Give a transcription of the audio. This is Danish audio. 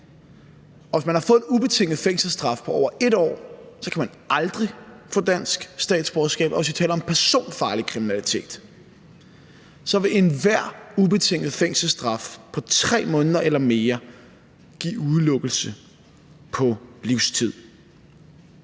Hvis man har fået en ubetinget fængselsstraf på over 1 år, kan man aldrig få dansk statsborgerskab, og hvis vi taler om personfarlig kriminalitet, vil enhver ubetinget fængselsstraf på 3 måneder eller mere give udelukkelse på livstid.